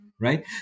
right